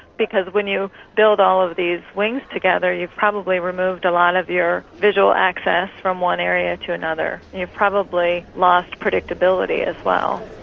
because when you build all of these wings together you've probably removed a lot of your visual access from one area to another. you've probably lost predictability as well.